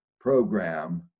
program